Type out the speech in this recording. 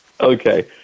Okay